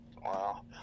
Wow